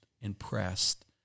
impressed